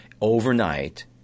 overnight